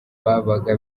babaga